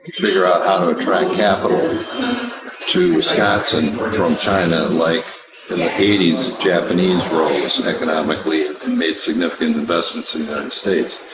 figure out how to attract capital to wisconsin from china like in the eighty s japanese rose economically and made significant investments in united states.